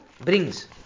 brings